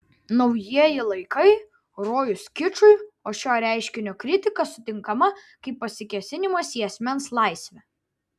naujieji laikai rojus kičui o šio reiškinio kritika sutinkama kaip pasikėsinimas į asmens laisvę